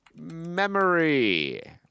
Memory